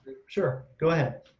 sure, go ahead.